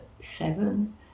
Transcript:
seven